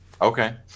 Okay